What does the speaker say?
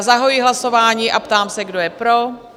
Zahajuji hlasování a ptám se, kdo je pro?